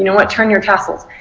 you know but turn your tassels.